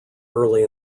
early